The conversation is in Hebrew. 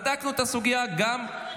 בדקנו גם את הסוגיה הזאת.